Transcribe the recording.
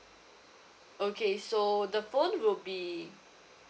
okay so the phone will be